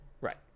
Right